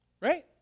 Right